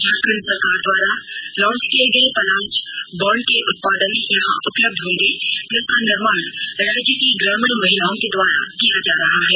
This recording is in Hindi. झारखंड सरकार द्वारा लांच किये गये पलाश ब्रांड के उत्पाद यहां उपलब्ध होंगे जिसका निर्माण राज्य की ग्रामीण महिलाओं के द्वारा किया जा रहा है